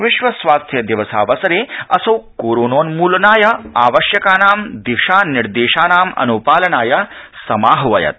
विश्व स्वास्थ्य दिवसावसरे असौ कोरोनोन्मूलनाय आवश्यकानां दिशानिर्देशानाम् अन्पालनाय समाहवयत्